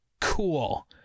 Cool